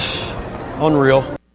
Unreal